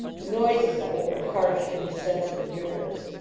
the noises of it were harsh to his sensitive nerves.